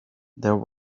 there